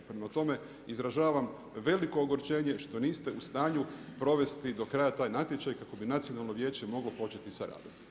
Prema tome, izražavam veliko ogorčenje što niste u stanju provesti do kraja taj natječaj kako bi Nacionalno vijeće moglo početi s radom.